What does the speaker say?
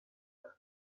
room